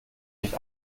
nicht